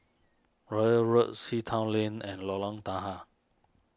Royal Road Sea Town Lane and Lorong Tahar